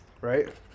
Right